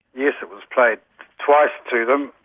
yes, it was played twice to them.